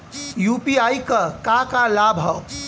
UPI क का का लाभ हव?